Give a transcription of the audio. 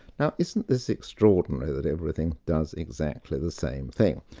now isn't this extraordinary, that everything does exactly the same thing?